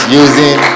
using